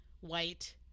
white